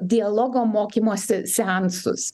dialogo mokymosi seansus